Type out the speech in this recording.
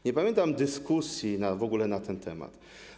Nie pamiętam dyskusji w ogóle na ten temat.